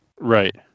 Right